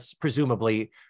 presumably